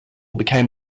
became